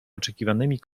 oczekiwanymi